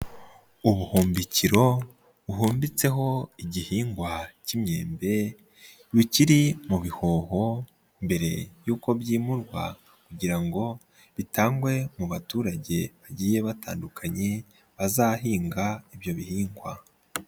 Ubuhumbikiro buhumbitseho igihingwa k'imyembe, bikiri mu bihoho mbere yuko byimurwa kugira ngo bitangwe mu baturage bagiye batandukanye, bazahinga ibyo bihingwa.